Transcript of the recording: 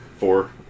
four